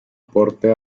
porte